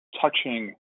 touching